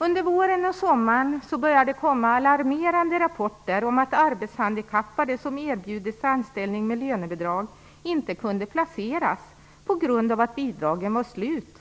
Under våren och sommaren började det komma alarmerande rapporter om att arbetshandikappade som erbjudits anställning med lönebidrag inte kunde placeras på grund av att bidragen var slut.